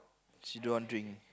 she don't want drink